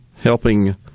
helping